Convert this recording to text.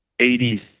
80s